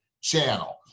channel